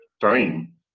time